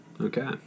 Okay